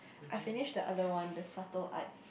I finished the other one the subtle art